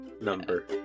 number